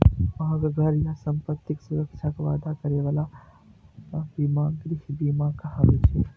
अहांक घर आ संपत्तिक सुरक्षाक वादा करै बला बीमा गृह बीमा कहाबै छै